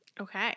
Okay